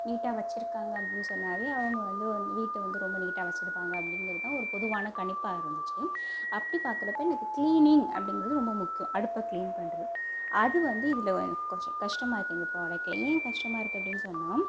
நீட்டாக வச்சிருக்காங்கள் அப்படின்னு சொன்னாலே அவங்க வந்து ஒரு வீட்டை வந்து ரொம்ப நீட்டாக வச்சிருப்பாங்கள் அப்படிங்கறதான் ஒரு பொதுவான கணிப்பாக இருந்துச்சு அப்படி பார்க்கறப்ப எனக்கு க்ளீனிங் அப்படிங்கறது ரொம்ப முக்கியம் அடுப்பை க்ளீன் பண்ணுறது அது வந்து இதில் எனக்கு கொஞ்சம் கஷ்டமாக இருக்குது இந்த ப்ராடக்ட்ல ஏன் கஷ்டமாக இருக்குது அப்படின்னு சொன்னால்